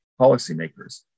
policymakers